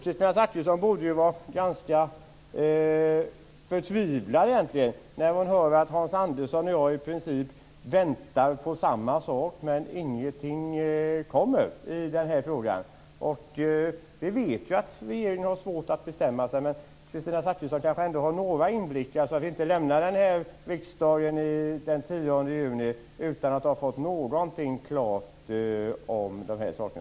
Kristina Zakrisson borde ju egentligen vara ganska förtvivlad när hon hör att Hans Andersson och jag i princip väntar på samma sak, men ingenting kommer i denna fråga. Vi vet ju att regeringen har svårt att bestämma sig. Men Kristina Zakrisson kanske ändå har några inblickar så att vi inte lämnar denna riksdag den 10 juni utan att ha fått någonting klart om dessa saker.